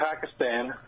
Pakistan